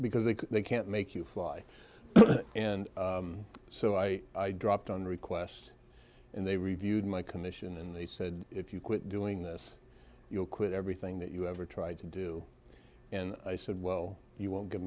because they can't make you fly and so i dropped on request and they reviewed my commission and they said if you quit doing this you'll quit everything that you ever tried to do and i said well you won't give